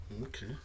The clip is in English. Okay